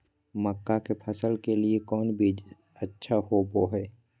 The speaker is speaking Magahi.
मक्का के फसल के लिए कौन बीज अच्छा होबो हाय?